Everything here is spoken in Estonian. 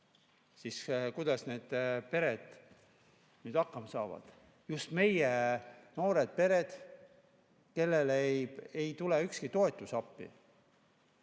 siis kuidas need pered hakkama saavad? Just meie noored pered, kellele ei tule ükski toetus appi.